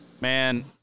man